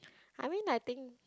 I mean I think